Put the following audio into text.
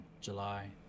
July